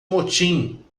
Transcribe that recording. motim